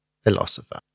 philosopher